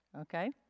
okay